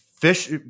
Fish